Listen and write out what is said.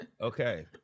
okay